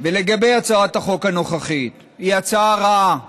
לגבי הצעת החוק הנוכחית: היא הצעה רעה,